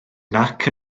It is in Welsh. nac